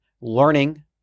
learning